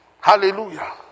Hallelujah